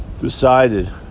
decided